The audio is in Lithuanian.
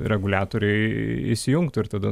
reguliatoriai įsijungtų ir tada